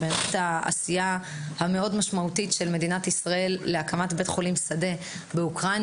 זאת עשייה מאוד משמעותית של מדינת ישראל להקמת בית חולים שדה באוקראינה.